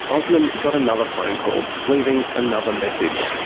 osman got another phone call, leaving another message,